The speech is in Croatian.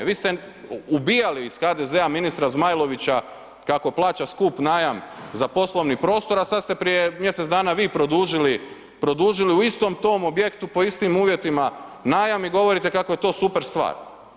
Vi ste ubijali iz HDZ-a ministra Zmajlovića kako plaća skup najam za poslovni prostor a sada ste prije mjesec dana vi produžili, produžili u istom tom objektu, po istim uvjetima najam i govorite kako je to super stvar.